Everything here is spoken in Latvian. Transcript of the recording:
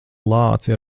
lāci